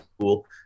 cool